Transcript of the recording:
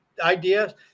idea